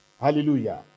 Hallelujah